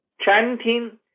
Chanting